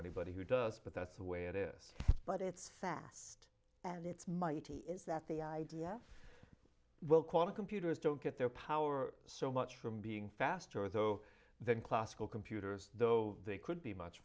anybody who does but that's the way it is but it's fast and it's mighty is that the i do yes well quantum computers don't get their power so much from being faster though than classical computers though they could be much